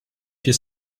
few